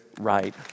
right